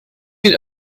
bir